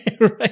Right